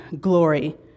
glory